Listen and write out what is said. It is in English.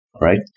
right